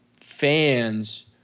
fans